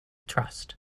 trust